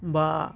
বা